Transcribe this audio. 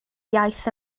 iaith